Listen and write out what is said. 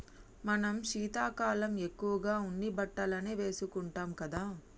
మనం శీతాకాలం ఎక్కువగా ఉన్ని బట్టలనే వేసుకుంటాం కదా